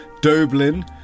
Doblin